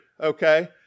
okay